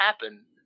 happen